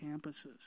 campuses